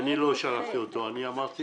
אני אמרתי